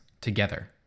together